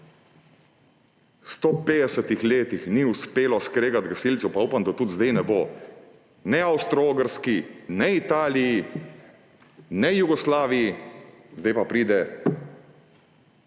150 letih ni uspelo skregati gasilcev – pa upam, da tudi zdaj ne bo – ne Avstro-Ogrski ne Italiji ne Jugoslaviji, zdaj pa pride